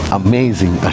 amazing